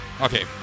Okay